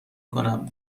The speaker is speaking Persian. کنم